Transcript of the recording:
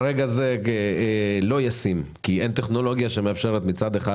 כרגע זה לא ישים כי אין טכנולוגיה שמאפשרת מצד אחד